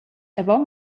avon